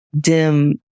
dim